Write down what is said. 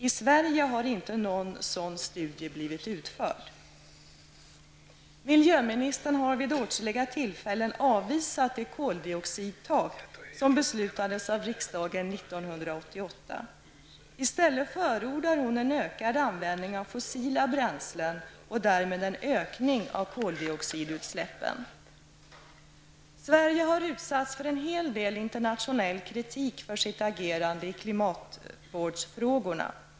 I Sverige har inte någon sådan studie blivit utförd. Miljöministern har vid åtskilliga tillfällen avvisat det koldioxidtak som beslutades av riksdagen 1988. I stället förordar hon en ökad användning av fossila bränslen och därmed en ökning av koldioxidutsläppen. Sverige har utsatts för en hel del internationell kritik för sitt agerande i klimatvårdsfrågorna.